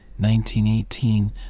1918